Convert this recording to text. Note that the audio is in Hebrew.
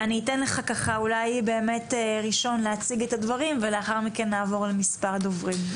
אתן לך ראשון להציג את הדברים ולאחר מכן נעבור למספר דוברים.